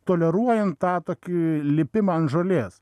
toleruojant tą tokį lipimą ant žolės